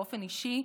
באופן אישי,